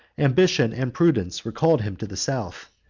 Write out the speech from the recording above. ambition and prudence recalled him to the south,